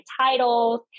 titles